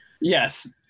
Yes